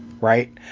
Right